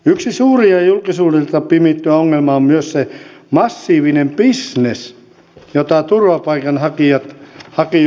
yksi suuri ja julkisuudelta pimitetty ongelma on myös se massiivinen bisnes jota turvapaikanhakijoilla pyöritetään